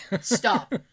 stop